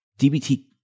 dbt